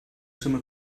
summa